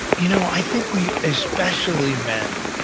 you know i think we, especially men,